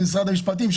משרד המשפטים,